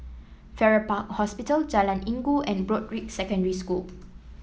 Farrer Park Hospital Jalan Inggu and Broadrick Secondary School